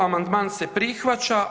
Amandman se prihvaća.